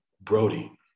Brody